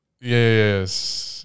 Yes